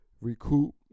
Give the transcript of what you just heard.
recoup